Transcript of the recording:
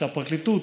שהפרקליטות,